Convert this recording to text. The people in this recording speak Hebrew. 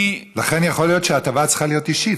לכן יכול להיות שההטבה צריכה להיות אישית,